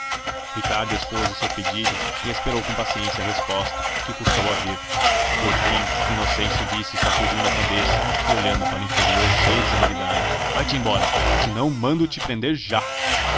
ricardo expôs o seu pedido e esperou com paciência a resposta que custou a vir por fim inocêncio disse sacudindo a cabeça e olhando o inferior cheio de severidade vai-te embora senão mando-te prender já